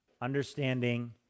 understanding